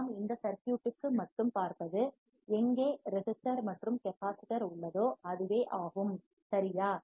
நாம் இந்த சர்க்யூட் க்கு மட்டும் பார்ப்பது எங்கே ரெசிஸ்டர் மற்றும் கெபாசிட்டர் உள்ளதோ அதுவே ஆகும்சரியா